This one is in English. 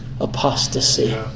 apostasy